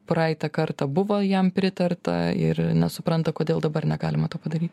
praeitą kartą buvo jam pritarta ir nesupranta kodėl dabar negalima to padaryt